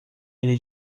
ele